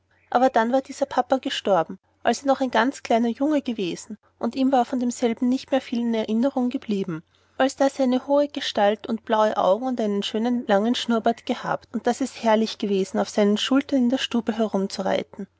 aber dann war dieser papa gestorben als er noch ein ganz kleiner junge gewesen und ihm war von demselben nicht viel mehr in erinnerung geblieben als daß er eine hohe gestalt und blaue augen und einen langen schönen schnurrbart gehabt und daß es herrlich gewesen auf seinen schultern in der stube